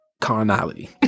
carnality